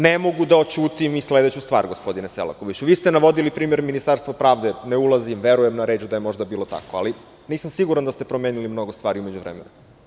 Ne mogu da oćutim i sledeću stvar, gospodine Selakoviću, vi ste navodili primer Ministarstva pravde, ne ulazim i verujem na reč da je možda bilo tako, ali nisam siguran da ste promenili mnogo stvari u međuvremenu.